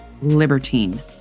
libertine